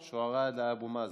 שועראא, הדא אבו מאזן.